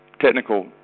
Technical